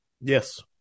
Yes